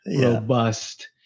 robust